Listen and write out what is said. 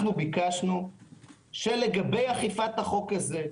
ביקשנו שלגבי אכיפת החוק הזה,